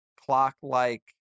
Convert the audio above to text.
clock-like